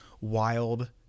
wild